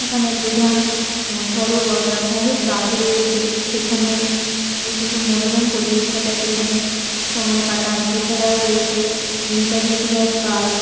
এখানের প্রধান সরোবর বা সাহেব বাঁধ রয়েছে সেখানে অত্যন্ত মনোরম পরিবেশ থাকায় সেখানে সময় কাটান এছাড়াও রয়েছে নেতাজি সুভাষ পার্ক